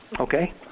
Okay